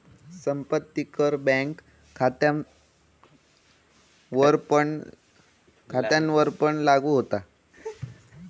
संपत्ती कर बँक खात्यांवरपण लागू होता